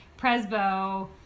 Presbo